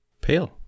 Pale